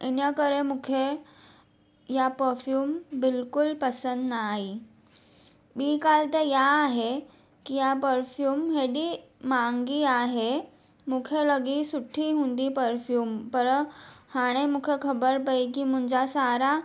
इन करे मूंखे इहा परफ्यूम बिल्कुलु पसंदि न आई ॿी ॻाल्हि त इहा आहे की इहा परफ्यूम एॾी महांगी आहे मूंखे लॻी सुठी हूंदी परफ्यूम पर हाणे मूंखे ख़बर पई की मुंहिंजा सारा